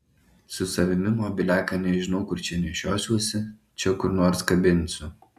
su savimi mobiliaką nežinau kur nešiosiuosi čia kur nors kabinsiu